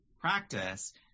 practice